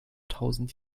tausend